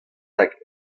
hag